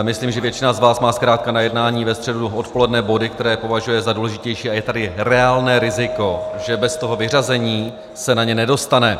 Myslím, že většina z vás má zkrátka na jednání ve středu odpoledne body, které považuje za důležitější, a je tady reálné riziko, že bez toho vyřazení se na ně nedostane.